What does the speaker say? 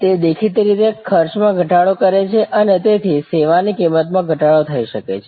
તે દેખીતી રીતે ખર્ચમાં પણ ઘટાડો કરે છે અને તેથી સેવાની કિંમતમાં ઘટાડો થઈ શકે છે